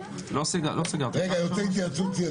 ירים את ידו.